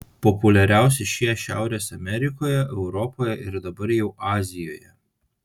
populiariausi šie šiaurės amerikoje europoje ir dabar jau azijoje